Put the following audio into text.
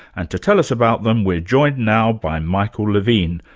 and to tell us about them we're joined now by michael levine,